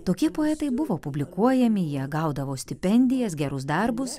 tokie poetai buvo publikuojami jie gaudavo stipendijas gerus darbus